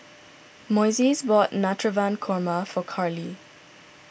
Moises bought Navratan Korma for Carlee